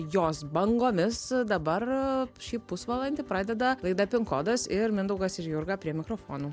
jos bangomis dabar šį pusvalandį pradeda laida pin kodas ir mindaugas ir jurga prie mikrofonų